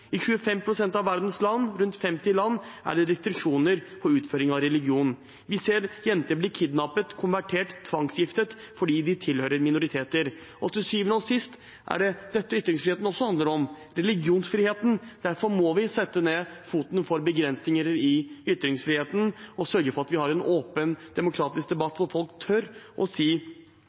25 pst. av verdens land, rundt 50 land, er det restriksjoner på utføring av religion. Vi ser at jenter blir kidnappet, konvertert og tvangsgiftet fordi de tilhører minoriteter. Og til syvende og sist er det dette ytringsfriheten også handler om: religionsfriheten. Derfor må vi sette ned foten for begrensninger i ytringsfriheten og sørge for at vi har en åpen, demokratisk debatt hvor folk tør å si